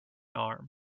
arm